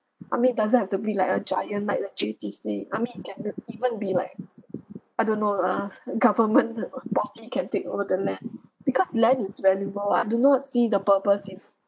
I mean it doesn't have to be like a giant like the J_T_C I mean it can r~ even be like I don't know lah ah government probably can take all the land because land is valuable lah I do not see the purpose in